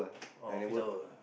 oh office hour ah